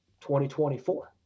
2024